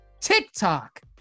TikTok